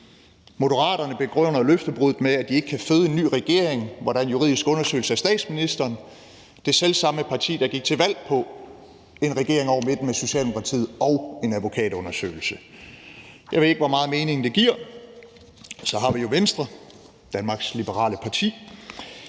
Moderaterne begrunder løftebruddet med, at de ikke kan føde en ny regering, hvor der er en juridisk undersøgelse af statsministeren. Det er det selv samme parti, der gik til valg på en regering over midten med Socialdemokratiet og en advokatundersøgelse. Jeg ved ikke, hvor meget mening det giver. Så har vi jo Venstre, Danmarks Liberale Parti.